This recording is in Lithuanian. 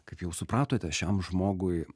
kaip jau supratote šiam žmogui